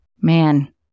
man